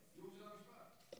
הסיום של המשפט: